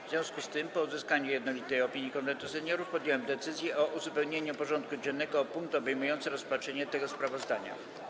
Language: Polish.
W związku z tym, po uzyskaniu jednolitej opinii Konwentu Seniorów, podjąłem decyzję o uzupełnieniu porządku dziennego o punkt obejmujący rozpatrzenie tego sprawozdania.